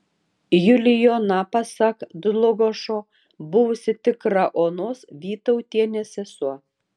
julijona pasak dlugošo buvusi tikra onos vytautienės sesuo